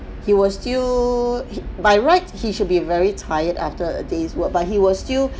he will still by right he should be very tired after a day's work but he will still